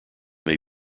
may